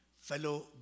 fellow